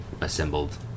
assembled